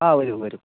ആ വരൂ വരൂ